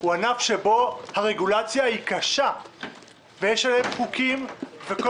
הוא ענף שבו הרגולציה קשה ויש עליהם חוקים וכל